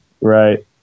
right